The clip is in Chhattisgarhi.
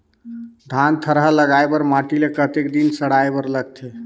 धान थरहा लगाय बर माटी ल कतेक दिन सड़ाय बर लगथे?